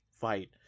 fight